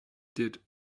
did